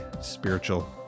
Spiritual